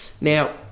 now